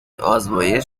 آزمایش